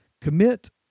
Commit